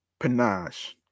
pinage